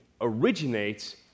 originates